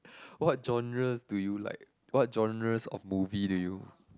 what genres do you like what genres of movie do you